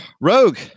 Rogue